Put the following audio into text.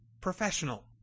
professional